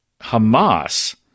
Hamas